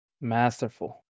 Masterful